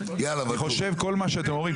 אני חושב שכל מה שאתם אומרים,